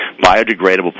biodegradable